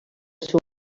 ser